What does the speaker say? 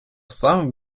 сам